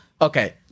Okay